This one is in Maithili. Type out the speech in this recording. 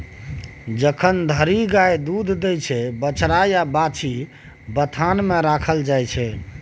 जखन धरि गाय दुध दैत छै बछ्छा या बाछी केँ बथान मे राखल जाइ छै